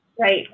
Right